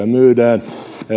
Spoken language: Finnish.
myydään